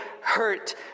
hurt